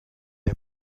der